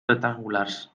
rectangulars